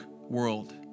world